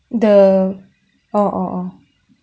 the oh oh oh